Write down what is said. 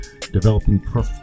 developing